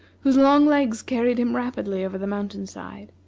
whose long legs carried him rapidly over the mountain-side.